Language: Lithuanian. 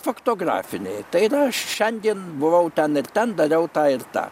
faktografiniai tai yra aš šiandien buvau ten ir ten dariau tą ir tą